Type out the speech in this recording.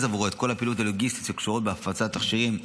עבורו את כל הפעילות הלוגיסטית הקשורה בהפצת תכשירים,